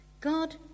God